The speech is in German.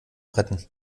retten